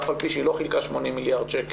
אף על פי שהוא לא חילקה 80 מיליארד שקלים,